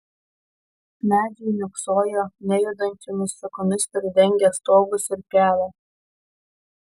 medžiai niūksojo nejudančiomis šakomis pridengę stogus ir kelią